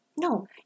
No